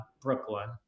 Brooklyn